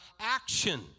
action